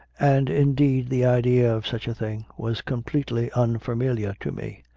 and indeed the idea of such a thing was completely unfamiliar to me.